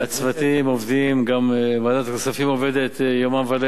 הצוותים עובדים, וגם ועדת הכספים עובדת יומם וליל.